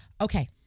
Okay